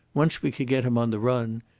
once we could get him on the run,